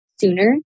sooner